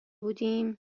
بودیم